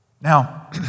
Now